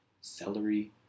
Celery